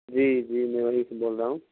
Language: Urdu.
جی جی میں یہیں سے بول رہا ہوں